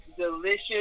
delicious